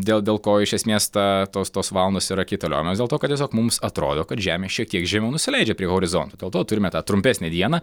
dėl dėl ko iš esmės ta tos tos valandos yra kaitaliojamos dėl to kad tiesiog mums atrodo kad žemė šiek tiek žemiau nusileidžia prie horizonto dėl to turime tą trumpesnę dieną